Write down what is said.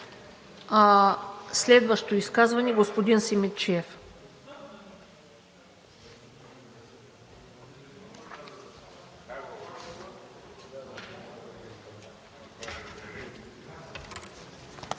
Следващо изказване – господин Симидчиев.